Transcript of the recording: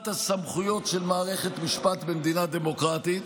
הסמכות של מערכת המשפט במדינה דמוקרטית.